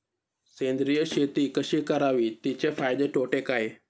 सेंद्रिय शेती कशी करावी? तिचे फायदे तोटे काय?